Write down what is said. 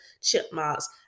chipmunks